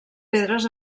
pedres